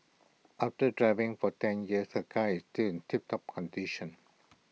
after driving for ten years her car is still in tiptop condition